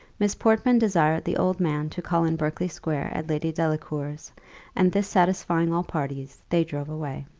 miss portman desired the old man to call in berkley-square at lady delacour's and this satisfying all parties, they drove away.